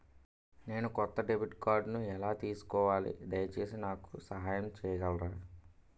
నేను కొత్త డెబిట్ కార్డ్ని ఎలా తీసుకోవాలి, దయచేసి నాకు సహాయం చేయగలరా?